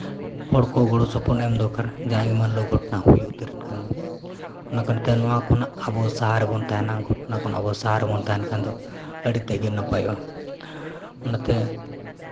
ᱦᱚᱲ ᱠᱚ ᱜᱚᱲᱚ ᱥᱚᱯᱚᱦᱚᱫ ᱮᱢ ᱫᱚᱨᱠᱟᱨ ᱡᱟᱦᱟᱸᱭ ᱜᱷᱚᱴᱱᱟ ᱦᱩᱭᱩᱜ ᱠᱷᱟᱱ ᱫᱚ ᱚᱱᱟ ᱠᱟᱨᱚᱱ ᱛᱮ ᱱᱚᱣᱟ ᱠᱷᱚᱱᱟᱜ ᱟᱵᱚ ᱥᱟᱦᱟ ᱨᱮᱵᱚᱱ ᱛᱟᱦᱮᱱᱟ ᱜᱷᱚᱴᱱᱟ ᱠᱷᱚᱱ ᱟᱵᱚ ᱥᱟᱦᱟ ᱨᱮᱵᱚᱱ ᱛᱟᱦᱮᱱ ᱠᱷᱟᱱ ᱫᱚ ᱟᱹᱰᱤ ᱛᱮᱫ ᱜᱮ ᱱᱟᱯᱟᱭᱚᱜᱼᱟ ᱚᱱᱟᱛᱮ